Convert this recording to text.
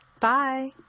Bye